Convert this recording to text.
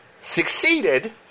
succeeded